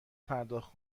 پرداخت